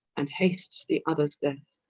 and hasts the others death.